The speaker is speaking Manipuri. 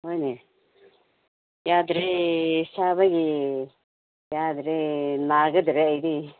ꯍꯣꯏꯅꯦ ꯌꯥꯗ꯭ꯔꯦ ꯁꯥꯕꯒꯤ ꯌꯥꯗ꯭ꯔꯦ ꯅꯥꯈꯤꯗ꯭ꯔꯦ ꯑꯩꯗꯤ